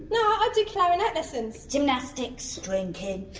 nah, i'd do clarinet lessons. gymnastics. drinking.